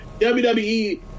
WWE